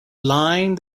lined